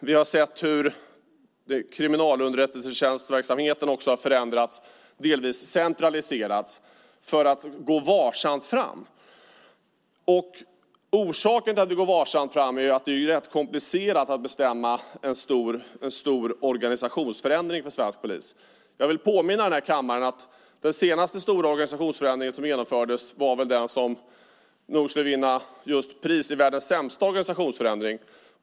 Vi har sett hur kriminalunderrättelsetjänstverksamheten har förändrats och delvis centraliserats. Vi vill gå varsamt fram, och orsaken till det är att det är rätt komplicerat att bestämma om en stor organisationsförändring för svensk polis. Jag vill påminna kammaren om att den senaste stora organisationsförändringen som genomfördes var den som nog skulle vinna pris för världens sämsta organisationsförändring.